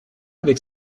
avec